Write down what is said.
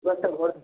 দু একটা ঘোরার